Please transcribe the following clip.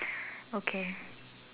okay